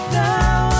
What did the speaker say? now